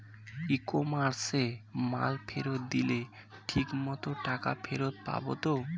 ই কমার্সে মাল ফেরত দিলে ঠিক মতো টাকা ফেরত পাব তো?